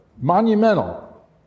monumental